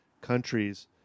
countries